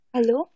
Hello